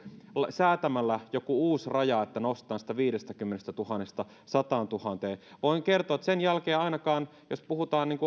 säätämällä jonkin uuden rajan että nostetaan sitä viidestäkymmenestätuhannesta sataantuhanteen voin kertoa että sen jälkeen ainakin jos puhutaan